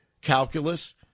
calculus